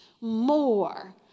more